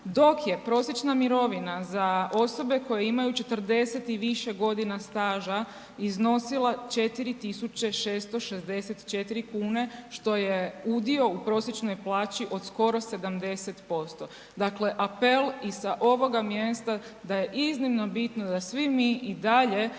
dok je prosječna mirovina za osobe koje imaju 40 i više godina staža iznosila 4664 kune, što je udio u prosječnoj plaću od skoro 70%. Dakle, apel i sa ovoga mjesta, da je iznimno bitno da svi mi i dalje